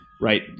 right